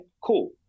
cool